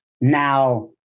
Now